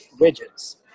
widgets